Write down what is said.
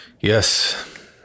Yes